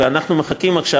ואנחנו מחכים עכשיו,